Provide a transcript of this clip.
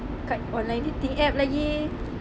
kat online dating app lagi